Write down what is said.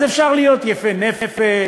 אז אפשר להיות יפי נפש,